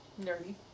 Nerdy